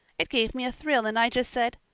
it gave me a thrill and i just said,